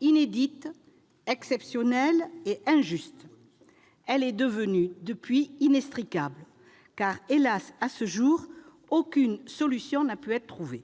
inédite, exceptionnelle et injuste. Elle est aussi devenue inextricable, car, hélas, à ce jour, aucune solution n'a pu être trouvée.